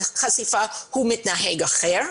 חשיפה, הוא מתנהג אחרת.